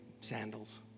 sandals